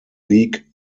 league